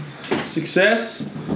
success